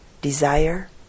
desire